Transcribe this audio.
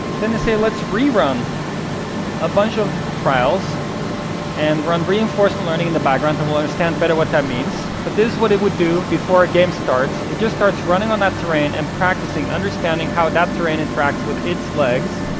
then they say, let's rerun a bunch of trials and run reinforcement learning in the background. and we'll understand better what that means, but this is what it would do before a game starts. it just starts running on that terrain and practicing, understanding how that terrain interacts with its legs.